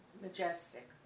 Majestic